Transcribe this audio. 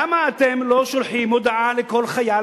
למה אתם לא שולחים הודעה לכל חייל,